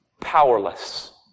powerless